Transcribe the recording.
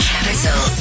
Capital